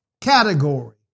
category